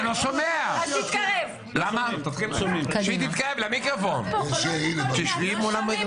עולות פה כל מיני הצעות.